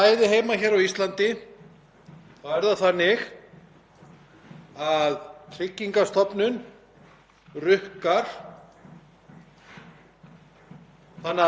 þann aðila sem ekki fer með forræðið um meðlagið